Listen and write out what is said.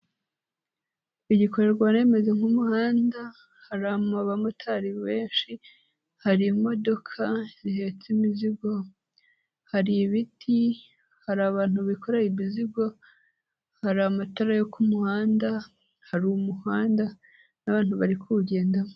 Igikorwaremezo nk'umuhanda, hari abamotari benshi, hari imodoka zihetse imizigo, hari ibiti, hari abantu bikoreye imizigo, hari amatara yo ku muhanda, hari umuhanda n'abantu bari kuwugendamo.